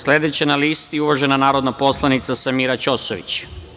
Sledeća je na listi uvažena narodna poslanica Samira Ćosović.